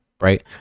right